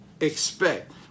expect